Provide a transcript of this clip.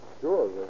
Sure